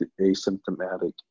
asymptomatic